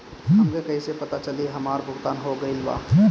हमके कईसे पता चली हमार भुगतान हो गईल बा?